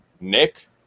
Nick